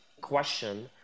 question